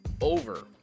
over